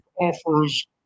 offers